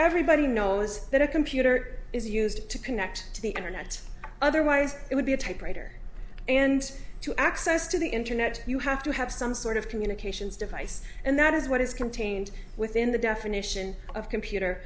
everybody knows that a computer is used to connect to the internet otherwise it would be a typewriter and to access to the internet you have to have some sort of communications device and that is what is contained within the definition of computer